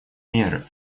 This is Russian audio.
меры